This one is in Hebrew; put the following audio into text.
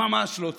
ממש לא צריכה: